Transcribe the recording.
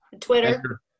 Twitter